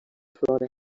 flora